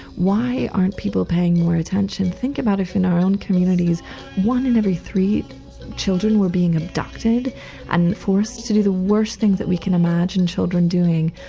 why aren't people paying more attention? think about if in our own communities one in every three children were being abducted and forced to do the worst things that we can imagine children doing.